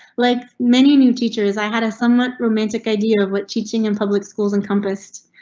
like many new teachers, i had a somewhat romantic idea of what teaching in public schools encompassed.